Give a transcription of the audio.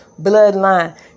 bloodline